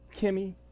Kimmy